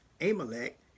Amalek